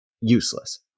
useless